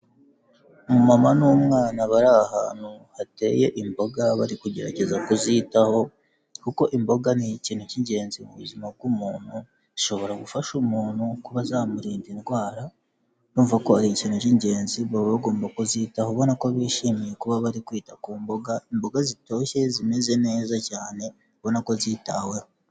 Umumama n'umwana bari ahantu hateye imboga bari kugerageza kuzitaho kuko imboga ni ikintu cy'ingenzi mu buzima bw'umuntu, zishobora gufasha umuntu kuba zamurinda indwara, urumva ko ari ikintu cy'ingenzi baba bagomba kuzitaho ubona ko bishimiye kuba bari kwita ku mboga. Imboga zitoshye zimeze neza cyane ubona ko zitaweho.